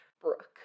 Brooke